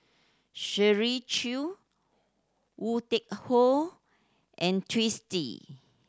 Shirley Chew Woon Tai Ho and Twisstii